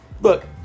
Look